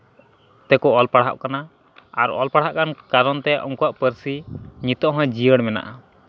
ᱛᱮᱠᱚ ᱚᱞ ᱯᱟᱲᱦᱟᱜ ᱠᱟᱱᱟ ᱟᱨ ᱚᱞ ᱯᱟᱲᱦᱟᱜ ᱠᱟᱱ ᱠᱟᱨᱚᱱ ᱛᱮ ᱩᱱᱠᱩᱣᱟᱜ ᱯᱟᱹᱨᱥᱤ ᱱᱤᱛᱚᱜ ᱦᱚᱸ ᱡᱤᱭᱟᱹᱲ ᱢᱮᱱᱟᱜᱼᱟ